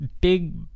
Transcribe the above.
big